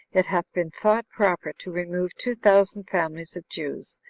it hath been thought proper to remove two thousand families of jews,